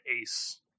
ace